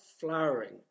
flowering